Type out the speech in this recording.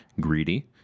greedy